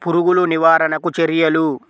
పురుగులు నివారణకు చర్యలు?